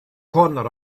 corner